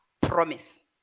promise